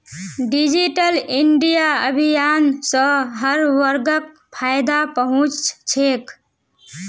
digital India अभियान स हर वर्गक फायदा पहुं च छेक